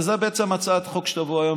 וזו הצעת חוק שתבוא היום,